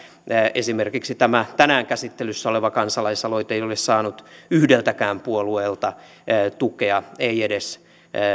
esimerkiksi tämä tänään käsittelyssä oleva kansalaisaloite ei ole saanut yhdeltäkään puolueelta tukea ei edes